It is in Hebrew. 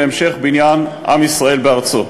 להמשך בניין עם ישראל בארצו.